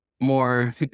more